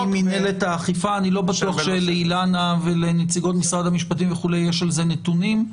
אני לא בטוח שלאילנה ולנציגות משרד המשפטים יש על זה נתונים,